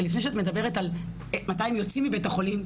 שלפני שאת מדברת על מתי הם יוצאים מבית-החולים,